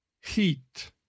Heat